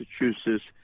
Massachusetts